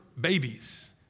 babies